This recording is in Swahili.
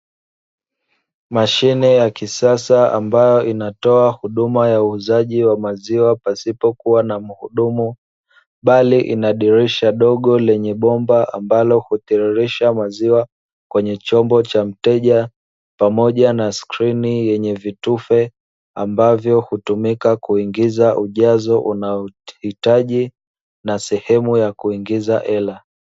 Mashine ya kisasa ambayo inatoa huduma ya uuzaji wa maziwa pasipokuwa na mhudumu, bali ina dirisha dogo lenye bomba ambalo hutiririsha maziwa kwenye chombo cha mteja, pamoja na skrini yenye vitufe ambavyo hutumika kuingiza ujazo unaohitaji na sehemu ya kuingiza hela.